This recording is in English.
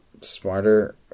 smarter